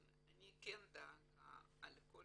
אני כן דואגת לכל